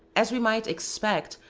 as we might expect,